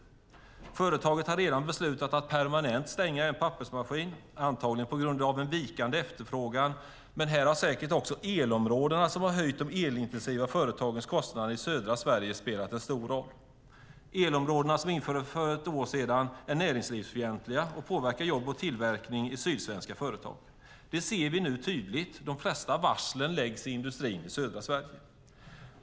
Företaget har redan beslutat att permanent stänga en pappersmaskin, antagligen på grund av vikande efterfrågan. Här har säkert elområdena som har höjt de elintensiva företagens kostnader i södra Sverige spelat en stor roll. Elområdena som infördes för ett år sedan är näringslivsfientliga och påverkar jobb och tillverkning i sydsvenska företag. Det ser vi tydligt. De flesta varslen läggs i industrin i södra Sverige.